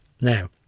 Now